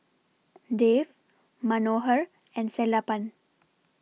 Dev Manohar and Sellapan